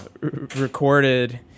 recorded